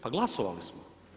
Pa glasovali smo.